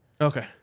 Okay